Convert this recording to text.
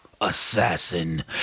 Assassin